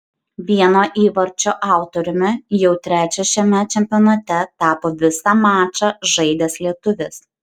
vieno įvarčio autoriumi jau trečio šiame čempionate tapo visą mačą žaidęs lietuvis